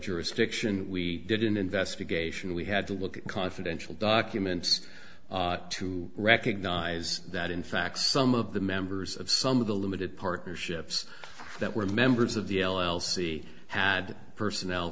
jurisdiction we did an investigation we had to look at confidential documents to recognize that in fact some of the members of some of the limited partnerships that were members of the l l c had